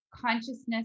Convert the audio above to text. consciousness